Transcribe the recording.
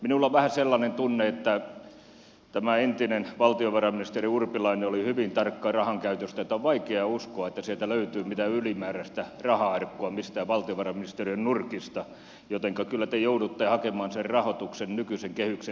minulla on vähän sellainen tunne että tämä entinen valtiovarainministeri urpilainen oli hyvin tarkka rahankäytöstä niin että on vaikea uskoa että sieltä löytyy mitään ylimääräistä raha arkkua mistään valtiovarainministeriön nurkista jotenka kyllä te joudutte hakemaan sen rahoituksen nykyisen kehyksen sisältä